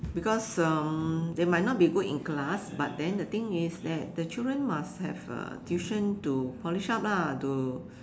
because um they might not be good in class but then the thing is that the children must have a tuition to polish up lah to